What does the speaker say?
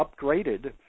upgraded